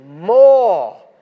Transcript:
more